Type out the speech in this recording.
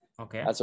Okay